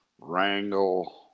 wrangle